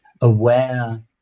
aware